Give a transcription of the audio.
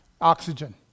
oxygen